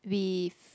with